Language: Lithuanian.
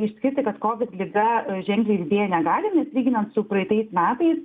išskirti kad kovid liga ženkliai didėja negalim nes lyginant su praeitais metais